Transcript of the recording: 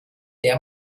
der